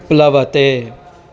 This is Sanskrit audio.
प्लवते